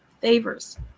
favors